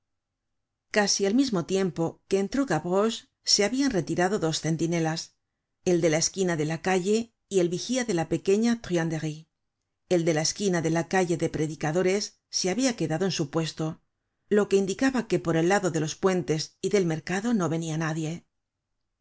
casi al mismo tiempo que entró gavroche se habian retirado dos centinelas el de la esquina de la calle y el vigía de la pequeña truanderie el de la esquina de la calle de predicadores se habia quedado en su puesto lo que indicaba que por el lado de los puentes y del mercado no venia nadie